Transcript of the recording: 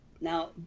Now